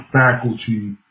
faculty